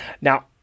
Now